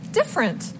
different